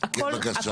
כן, בבקשה.